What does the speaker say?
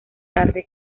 tarde